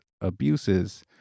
abuses